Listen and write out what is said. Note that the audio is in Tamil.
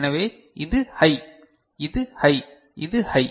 எனவே இது ஹை இது ஹை இது ஹை